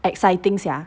exciting sia